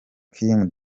kim